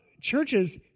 churches